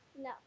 No